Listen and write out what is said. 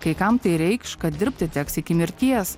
kai kam tai reikš kad dirbti teks iki mirties